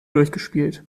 durchgespielt